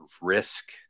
Risk